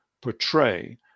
portray